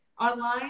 online